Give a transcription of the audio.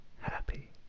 happy